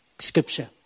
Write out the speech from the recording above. scripture